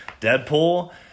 Deadpool